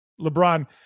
LeBron